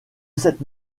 cette